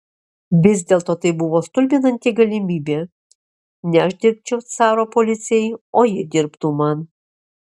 vis dėlto tai buvo stulbinanti galimybė ne aš dirbčiau caro policijai o ji dirbtų man